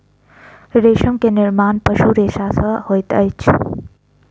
रेशम के निर्माण पशु रेशा सॅ होइत अछि